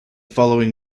following